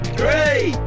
three